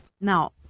Now